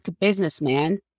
businessman